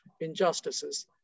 injustices